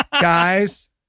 Guys